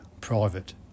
private